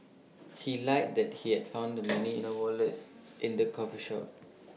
he lied that he had found the money in A wallet in the coffee shop